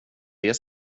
det